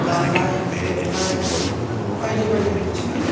दाननाय हेबनाय बायदि बायदि बिथिंनि